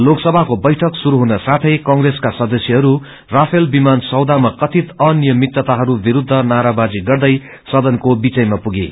लोकसभाको वैठक श्रुस्त हुन साथै कंप्रेसका सदस्यहरू राफेल विमान सौदामा कथित अनियमितताहरू विरूद्ध नारावाजी गर्दै सदनको बीचैमा पुगे